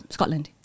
Scotland